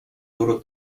loro